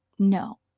No